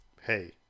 hey